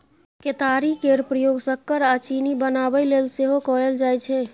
केतारी केर प्रयोग सक्कर आ चीनी बनाबय लेल सेहो कएल जाइ छै